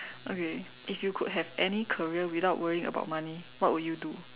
okay if you could have any career without worrying about money what would you do